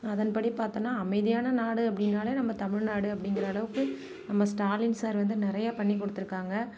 அதன்படி பார்த்தோன்னா அமைதியான நாடு அப்படின்னாலே நம்ம தமிழ்நாடு அப்படிங்குற அளவுக்கு நம்ம ஸ்டாலின் சார் வந்து நிறைய பண்ணி கொடுத்துருக்காங்க